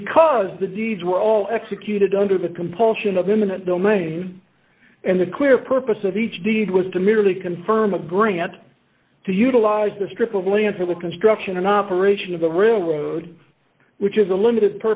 because the deeds were all executed under the compulsion of imminent domain and the clear purpose of each deed was to merely confirm a grant to utilize the strip of land for the construction and operation of the railroad which is a limited